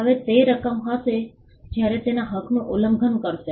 હવે તે રકમ હશે જ્યારે તેના હકનું ઉલ્લંઘન કરશે